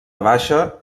baixa